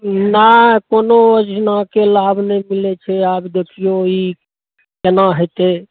नहि कोनो योजनाके लाभ नहि मिलैत छै आब देखियौ ई केना होयतै